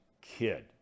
kid